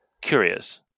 curious